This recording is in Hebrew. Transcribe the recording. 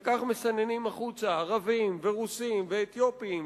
וכך מסננים החוצה ערבים ורוסים ואתיופים,